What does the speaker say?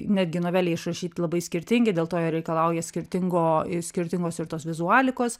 netgi novelėj išrašyti labai skirtingi dėl to jie reikalauja skirtingo skirtingos ir tos vizualikos